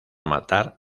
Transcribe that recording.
matar